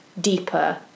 deeper